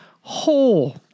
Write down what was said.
whole